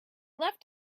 left